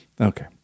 Okay